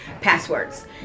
passwords